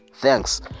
Thanks